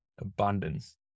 abundance